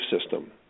system